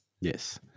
Yes